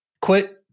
Quit